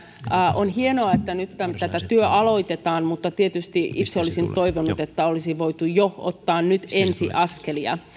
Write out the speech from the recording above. on hienoa että nyt tämä työ aloitetaan mutta tietysti itse olisin toivonut että olisi voitu jo nyt ottaa ensiaskelia